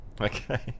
Okay